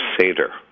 Seder